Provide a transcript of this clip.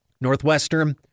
Northwestern